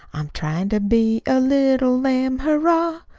i'm tryin' to be a little lamb, hurrah!